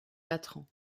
latran